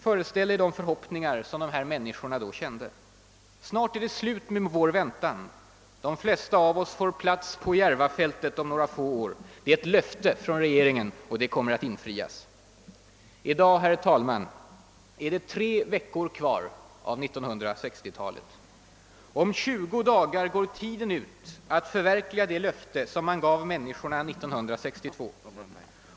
Föreställ er de förhoppningar som dessa människor då kände! Snart, sade de sig, är det slut med vår väntan — de flesta av oss får plats på Järvafältet om några få år. Det är ett löfte från regeringen, och det kommer att infrias. I dag, herr talman, är det tre veckor kvar av 1960-talet. Om 20 dagar går tiden ut för ett förverkligande av det löfte man gav människorna 1962.